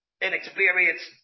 inexperienced